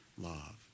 love